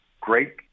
great